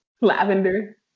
Lavender